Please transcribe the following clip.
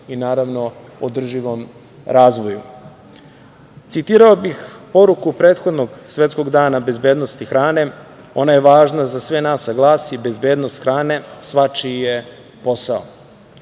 i, naravno, održivom razvoju. Citirao bih poruku prethodnog Svetskog dana bezbednosti hrane. Ona je važna za sve nas, a glasi – bezbednost hrane svačiji je posao.